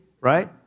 right